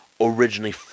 originally